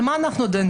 על מה אנחנו דנים?